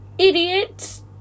Idiot